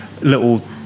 little